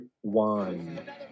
one